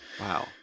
Wow